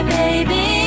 baby